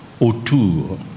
autour